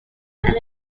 and